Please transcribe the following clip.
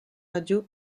radio